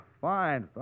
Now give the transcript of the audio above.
fine